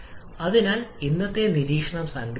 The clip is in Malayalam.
അതിനാൽ ഇന്നത്തെ നിരീക്ഷണം സംഗ്രഹിക്കാൻ